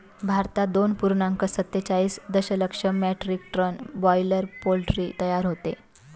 भारतात दोन पूर्णांक सत्तेचाळीस दशलक्ष मेट्रिक टन बॉयलर पोल्ट्री तयार होते